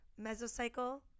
mesocycle